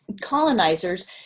colonizers